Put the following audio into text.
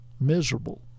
miserable